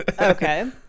okay